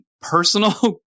personal